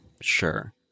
Sure